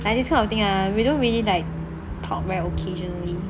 like this kind of thing ah we don't really like talk very occasionally